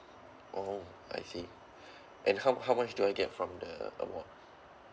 oh I see and how how much do I get from the award